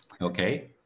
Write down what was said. Okay